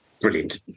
Brilliant